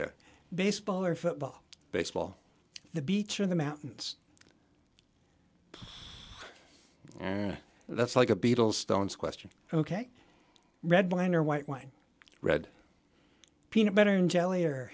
unfair baseball or football baseball the beach or the mountains and that's like a beatles stones question ok red wine or white wine red peanut butter and jelly or